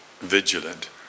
vigilant